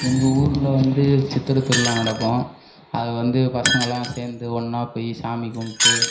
எங்கள் ஊரில் வந்து சித்திரை திருவிழா நடக்கும் அது வந்து பசங்களாம் சேர்ந்து ஒன்னாக போய் சாமி கும்பிட்டு